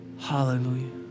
Hallelujah